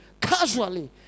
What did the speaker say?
Casually